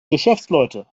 geschäftsleute